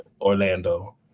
Orlando